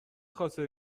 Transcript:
خاطر